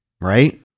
right